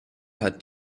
hat